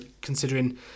considering